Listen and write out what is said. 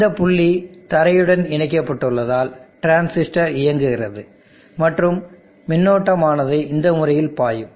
இந்த புள்ளி தரையுடன் இணைக்கப்பட்டதால் டிரான்சிஸ்டர் இயங்குகிறது மற்றும் மின்னோட்டம் ஆனது இந்த முறையில் பாயும்